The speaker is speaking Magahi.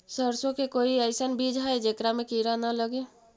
सरसों के कोई एइसन बिज है जेकरा में किड़ा न लगे?